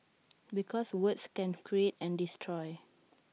because words can create and destroy